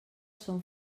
són